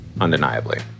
Undeniably